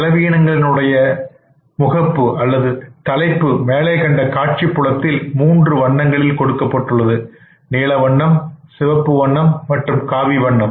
செலவீனங்களின் முகப்பு தலைப்பு மேலே கண்ட காட்சி புலத்தில் மூன்று வண்ணங்களில் கொடுக்கப்பட்டுள்ளது நீல வண்ணம் சிவப்பு வண்ணம் மற்றும் காவி வண்ணம்